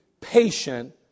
patient